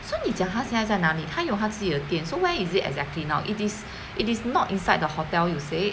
so 你讲它现在在哪里她有她自己点 so where is it exactly now it is it is not inside the hotel you said